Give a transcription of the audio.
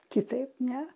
kitaip ne